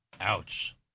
Ouch